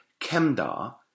kemdar